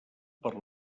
per